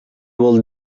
will